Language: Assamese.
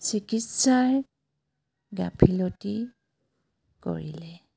চিকিৎসাৰ গাফিলতি কৰিলে